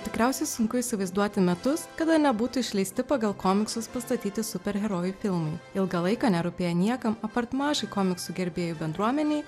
tikriausiai sunku įsivaizduoti metus kada nebūtų išleisti pagal komiksus pastatyti superherojų filmai ilgą laiką nerūpėję niekam apart mažai komiksų gerbėjų bendruomenei